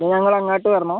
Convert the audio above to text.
ഇല്ലെങ്കിൽ ഞങ്ങളങ്ങോട്ട് വരണോ